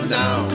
now